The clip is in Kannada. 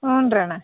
ಹ್ಞೂನಣ್ಣ